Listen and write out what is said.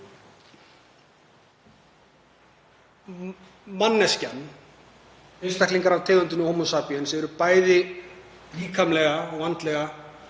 Manneskjan, einstaklingur af tegundinni homo sapiens, er bæði líkamlega og andlega